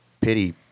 pity